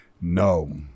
No